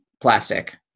plastic